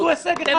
תעשו הישג אחד.